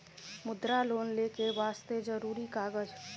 मुद्रा लोन लेके वास्ते जरुरी कागज?